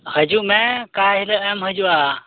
ᱦᱤᱡᱩᱜ ᱢᱮ ᱚᱠᱟᱦᱤᱞᱳᱜᱼᱮᱢ ᱦᱤᱡᱩᱜᱼᱟ